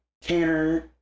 Tanner